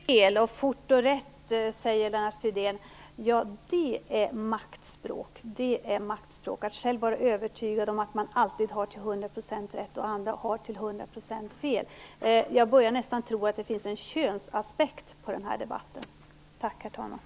Herr talman! Fort och fel och fort och rätt, säger Lennart Fridén. Det är maktspråk att vara övertygad om att man själv alltid till hundra procent har rätt och andra till hundra procent har fel. Jag börjar nästan tro att det finns en könsaspekt på den här debatten. Tack, herr talman!